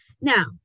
Now